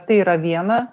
tai yra viena